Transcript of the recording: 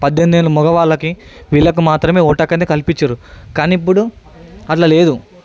పద్దెనిమిది ఏళ్ళ మగవాళ్ళకి వీళ్లకు మాత్రమే ఉండకండి కల్పించిండ్రు కానీ ఇప్పుడు అలా లేదు